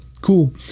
cool